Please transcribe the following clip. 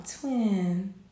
twin